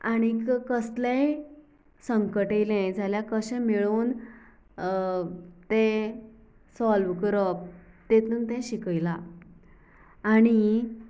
आनी कसलेंय संकट येयलें जाल्यार कशें मेळून तें सोल्व करप तेतून तें शिकयलां आनी